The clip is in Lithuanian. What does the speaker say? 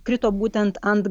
krito būtent ant